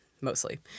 mostly